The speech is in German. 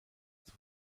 zur